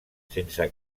sense